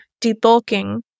debulking